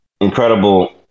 incredible